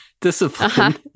discipline